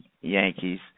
Yankees